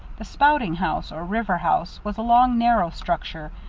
the spouting house, or river house, was a long, narrow structure,